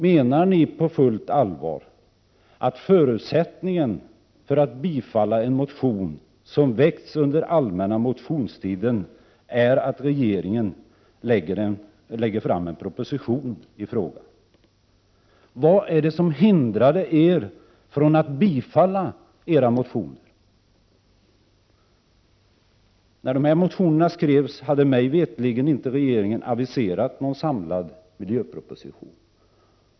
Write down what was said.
Menar ni på fullt allvar att förutsättningen för att tillstyrka en motion som väckts under allmänna motionstiden är att regeringen har lagt fram en proposition i frågan? Vad hindrade er från att tillstyrka motionerna? När dessa motioner skrevs hade regeringen mig veterligen inte aviserat någon samlad miljöproposition.